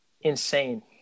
Insane